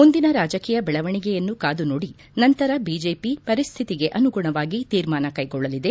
ಮುಂದಿನ ರಾಜಕೀಯ ಬೆಳವಣಿಗೆಯನ್ನು ಕಾದು ನೋಡಿ ನಂತರ ಬಿಜೆಪಿ ಪರಿಸ್ಥಿತಿಗೆ ಅನುಗುಣವಾಗಿ ತೀರ್ಮಾನ ಕೈಗೊಳ್ಳಲಿದೆ